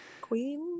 queen